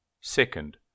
second